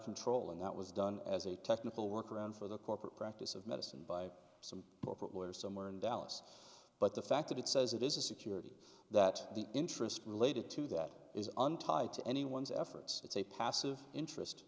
control and that was done as a technical workaround for the corporate practice of medicine by some corporate lawyer somewhere in dallas but the fact that it says it is a security that the interest related to that is untied to anyone's efforts it's a passive interest